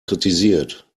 kritisiert